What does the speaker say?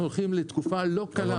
אנחנו הולכים לתקופה לא קלה.